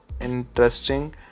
interesting